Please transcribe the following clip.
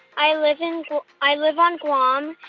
i live and i live on guam.